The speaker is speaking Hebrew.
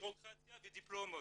בירוקרטיה ודיפלומות.